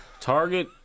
Target